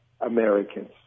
Americans